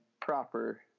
proper